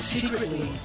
secretly